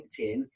LinkedIn